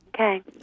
Okay